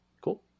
Cool